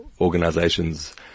organizations